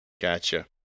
Gotcha